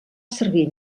servir